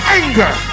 anger